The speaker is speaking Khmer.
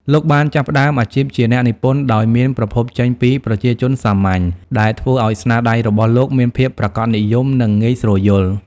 លោកបានចាប់ផ្ដើមអាជីពជាអ្នកនិពន្ធដោយមានប្រភពចេញពីប្រជាជនសាមញ្ញ ដែលធ្វើឲ្យស្នាដៃរបស់លោកមានភាពប្រាកដនិយម និងងាយស្រួលយល់។